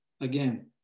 Again